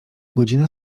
godzina